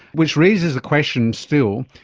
which raises the question still,